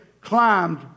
climbed